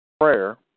Prayer